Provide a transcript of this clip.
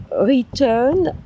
return